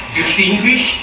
distinguish